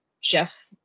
Jeff